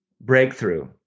breakthrough